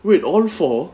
wait all four